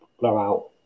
blowout